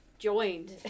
joined